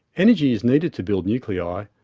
energy is needed to build nuclei,